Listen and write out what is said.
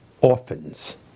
orphans